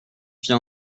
fit